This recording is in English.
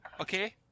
okay